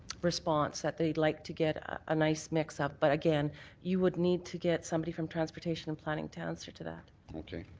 response that they would like to get a nice mix-up but again you would need to get somebody from transportation and planning to answer to that. okay.